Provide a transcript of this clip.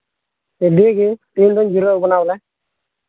ᱟᱹᱰᱤᱜᱮ ᱛᱮᱦᱮᱧ ᱫᱚᱧ ᱡᱤᱨᱟᱹᱣ ᱠᱟᱱᱟ ᱵᱚᱞᱮ